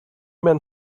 men